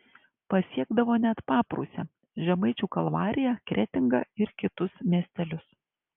pasiekdavo net paprūsę žemaičių kalvariją kretingą ir kitus miestelius